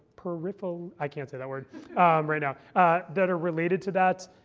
periphal i can't say that word right now that are related to that,